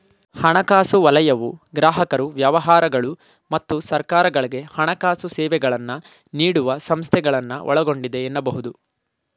ಹಣಕಾಸು ವಲಯವು ಗ್ರಾಹಕರು ವ್ಯವಹಾರಗಳು ಮತ್ತು ಸರ್ಕಾರಗಳ್ಗೆ ಹಣಕಾಸು ಸೇವೆಗಳನ್ನ ನೀಡುವ ಸಂಸ್ಥೆಗಳನ್ನ ಒಳಗೊಂಡಿದೆ ಎನ್ನಬಹುದು